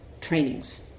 trainings